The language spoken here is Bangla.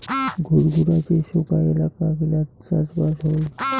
ঘুরঘুরা যে সোগায় এলাকাত গিলাতে চাষবাস হই